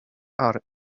are